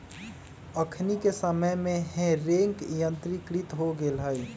अखनि के समय में हे रेक यंत्रीकृत हो गेल हइ